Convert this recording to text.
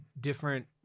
different